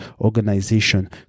organization